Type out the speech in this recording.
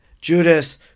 Judas